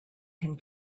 can